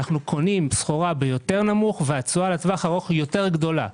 אנו קונים סחורה ביותר נמוך והתשואה לטווח ארוך היא יותר גדולה.